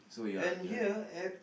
and here ev~